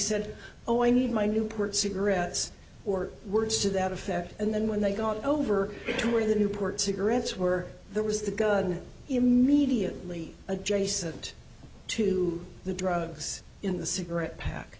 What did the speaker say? said oh i need my newport cigarettes or words to that effect and then when they got over to where the newport cigarettes were there was the gun immediately adjacent to the drugs in the cigarette pack